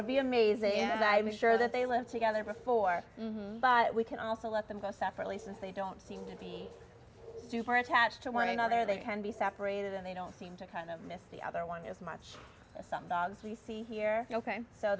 would be amazing and i'm sure that they live together before we can also let them go separately since they don't seem to be super attached to one another they can be separated and they don't seem to kind of miss the other one as much as some dogs we see here ok so